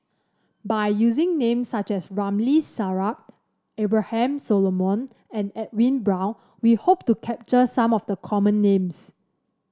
by using names such as Ramli Sarip Abraham Solomon and Edwin Brown we hope to capture some of the common names